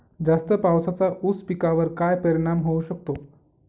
जास्त पावसाचा ऊस पिकावर काय परिणाम होऊ शकतो?